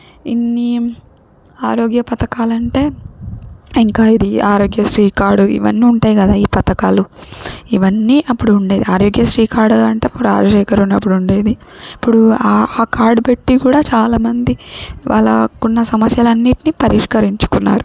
ఇన్ని ఆరోగ్య పథకాలంటే ఇంకా ఇది ఆరోగ్య శ్రీ కాడు ఇవన్నీ ఉంటాయి కదా ఈ పథకాలు ఇవన్నీ అప్పుడుండేది ఆరోగ్య శ్రీ కాడు అంటే రాజశేఖరు ఉన్నప్పుడు ఉండేది ఇప్పుడు ఆ ఆ కాడు పెట్టి కూడా చాలా మంది వాళ్ళకున్న సమస్యలన్నిటిని పరిష్కరించుకున్నారు